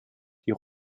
die